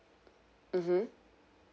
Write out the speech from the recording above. mmhmm